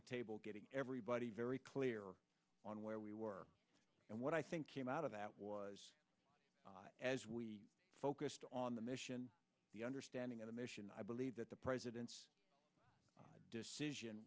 the table getting everybody very clear on where we were and what i think came out of that was as we focused on the mission the understanding of the mission i believe that the president's decision